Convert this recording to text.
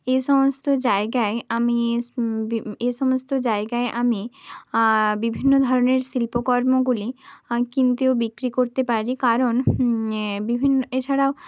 এ সমস্ত জায়গায় আমি স বি এ সমস্ত জায়গায় আমি বিভিন্ন ধরনের শিল্পকর্মগুলি কিনতে ও বিক্রি করতে পারি কারণ এ বিভিন্ন এছাড়া